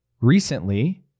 recently